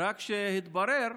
אלא שהתברר,